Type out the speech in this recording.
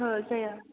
ओहो जाया